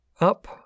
Up